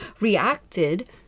reacted